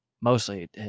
Mostly